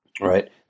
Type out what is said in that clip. Right